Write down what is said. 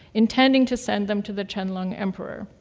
intending to send them to the qianlong emperor.